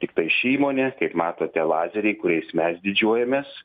tiktai ši įmonė kaip matote lazeriai kuriais mes didžiuojamės